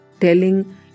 telling